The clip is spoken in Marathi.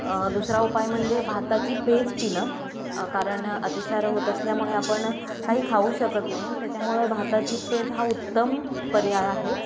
दुसरा उपाय म्हणजे भाताची पेज पिणं कारण अतिसार होत असल्यामुळे आपण काही खाऊ शकत नाही त्याच्यामुळं भाताची पेज हा उत्तम पर्याय आहे